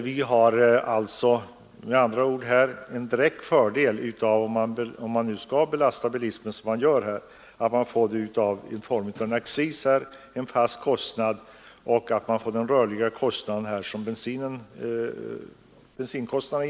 Om man nu skall belasta bilismen är det med andra ord en direkt fördel för oss att man gör det genom att höja accisen, som är en fast kostnad, och inte genom att öka de rörliga kostnaderna, dvs. bensinkostnaderna.